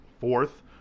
fourth